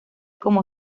como